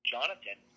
Jonathan